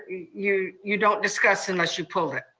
you you don't discuss unless you pull it.